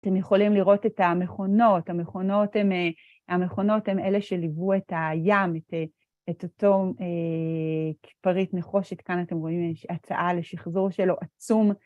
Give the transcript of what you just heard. אתם יכולים לראות את המכונות, המכונות הן אלה שליוו את הים, את אותו פריט נחושת, כאן אתם רואים הצעה לשחזור שלו עצום.